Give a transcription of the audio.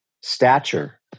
stature